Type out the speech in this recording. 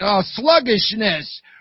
sluggishness